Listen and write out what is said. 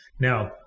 Now